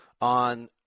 on